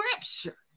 scripture